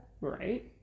Right